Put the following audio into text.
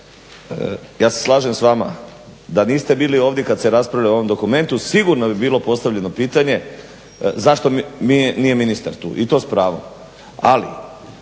ja se slažem s vama da niste bili ovdje kad se raspravljali o ovom dokumentu sigurno bi bilo postavljeno pitanje zašto nije ministar tu, i to s pravom.